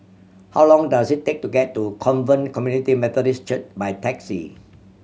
how long does it take to get to Covenant Community Methodist Church by taxi